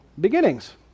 beginnings